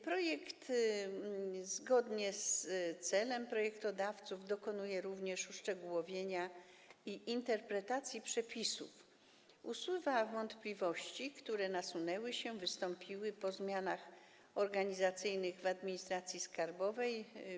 Projekt, zgodnie z celem projektodawców, dokonuje również uszczegółowienia i interpretacji przepisów, usuwa wątpliwości, które nasunęły się, wystąpiły po zmianach organizacyjnych w administracji skarbowej.